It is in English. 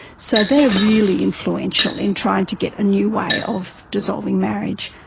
so they're really influential in trying to get a new way of dissolving marriage.